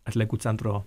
atliekų centro